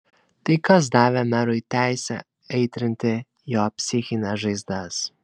tai kas davė merui teisę aitrinti jo psichines žaizdas